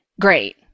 great